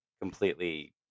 completely